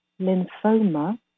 lymphoma